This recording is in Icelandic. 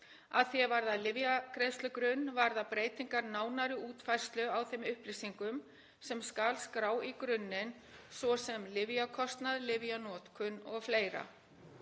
Að því er varðar lyfjagreiðslugrunn varða breytingar nánari útfærslu á þeim upplýsingum sem skal skrá í grunninn, svo sem lyfjakostnað, lyfjanotkun og fleira.